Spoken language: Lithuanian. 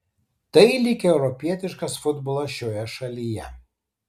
tai lyg europietiškas futbolas šioje šalyje